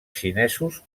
xinesos